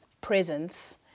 presence